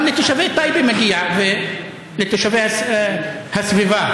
גם לתושבי טייבה מגיע, ולתושבי הסביבה.